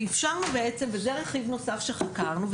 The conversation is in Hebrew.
ואפשרנו בעצם וזה רכיב נוסף שחקרנו,